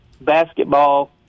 basketball